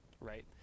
right